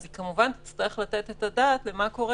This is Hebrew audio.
אז היא כמובן תצטרך לתת את הדעת מה קורה